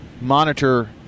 monitor